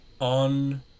on